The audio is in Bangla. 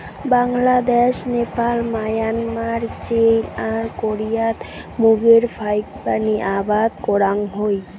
বাংলাদ্যাশ, নেপাল, মায়ানমার, চীন আর কোরিয়াত মুগের ফাইকবানী আবাদ করাং হই